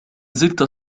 زلت